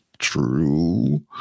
true